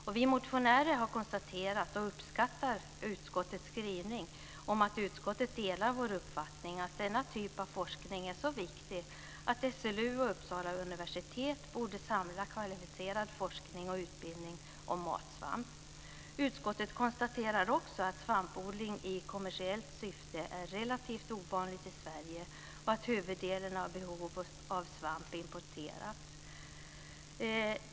Vi motionärer har konstaterat, och uppskattar utskottets skrivning, att utskottet delar vår uppfattning att denna typ av forskning är så viktig att SLU och Uppsala universitet borde samla kvalificerad forskning och utbildning om matsvamp. Utskottet konstaterar också att svampodling i kommersiellt syfte är relativt ovanligt i Sverige och att huvuddelen av behovet av svamp importeras.